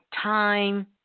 time